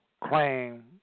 claim